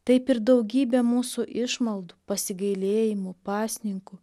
taip ir daugybė mūsų išmaldų pasigailėjimų pasninkų